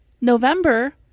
November